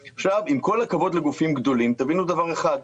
עכשיו, עם כל הכבוד לגופים גדולים, תבינו דבר אחד: